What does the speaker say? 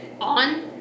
on